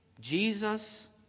Jesus